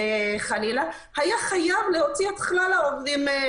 חלילה, היה חייב להוציא את כלל העובדים לחל"ת.